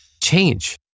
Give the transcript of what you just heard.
change